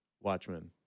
Watchmen